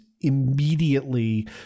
immediately